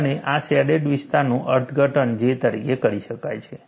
અને આ શેડેડ વિસ્તારનું અર્થઘટન J તરીકે કરી શકાય છે